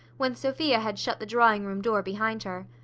when sophia had shut the drawing-room door behind her.